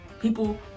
People